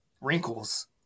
wrinkles